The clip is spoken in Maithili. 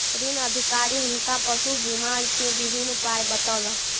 ऋण अधिकारी हुनका पशु बीमा के विभिन्न उपाय बतौलक